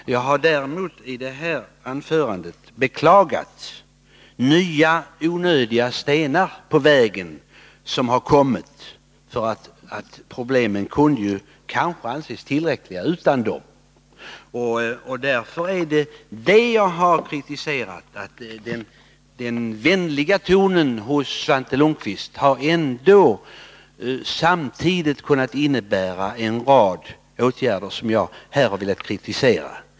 Däremot har jag i det här anförandet beklagat nya onödiga stenar som har kommit på vägen — problemen kunde kanske anses tillräckliga utan dem. Den vänliga tonen hos Svante Lundkvist har samtidigt kunnat innebära en rad åtgärder som jag här har velat kritisera.